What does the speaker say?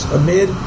amid